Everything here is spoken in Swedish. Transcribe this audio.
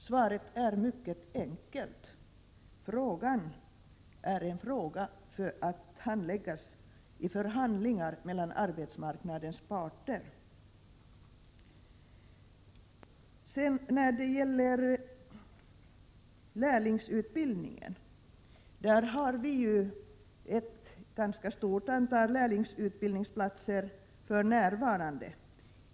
Svaret är mycket enkelt: Det här är frågor som handläggs i förhandlingar mellan arbetsmarknadens parter. När det gäller lärlingsutbildningen vill jag säga att vi för närvarande har ett ganska stort antal lärlingsutbildningsplatser.